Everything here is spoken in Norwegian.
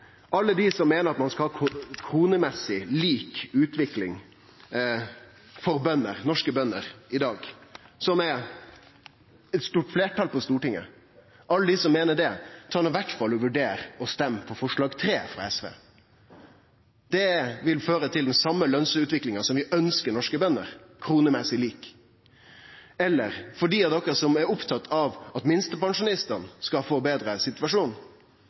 alle dei som meiner ein skal ha lik lønsutvikling i kroner for norske bønder i dag, noko som er eit stort fleirtal på Stortinget: Vurder i alle fall å stemme for forslag nr. 3 frå SV. Det vil føre til den same lønsutviklinga som vi ønskjer for norske bønder – lik i kroner. Eller for dei som er opptekne av at minstepensjonistane skal få ein betre situasjon: